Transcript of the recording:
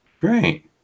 Great